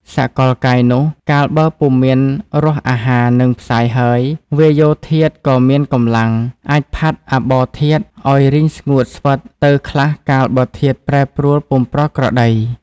សកល កាយនោះ កាលបើពុំមានរសអាហារនឹងផ្សាយហើយ វាយោធាតុក៏មានកម្លាំង អាចផាត់អាបោធាតុ ឲ្យរីងស្ងួតស្វិតទៅខ្លះកាលបើធាតុប្រែប្រួលពុំប្រក្រតី។